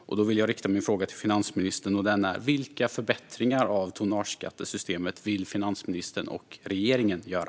Jag vill rikta min fråga till finansministern: Vilka förbättringar av tonnageskattesystemet vill finansministern och regeringen göra?